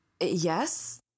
Yes